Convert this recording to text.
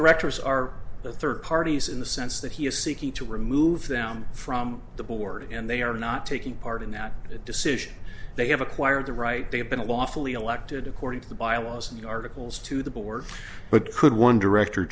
directors are the third parties in the sense that he is seeking to remove them from the board and they are not taking part in that decision they have acquired the right they have been lawful elected according to the bylaws and the articles to the board but could one director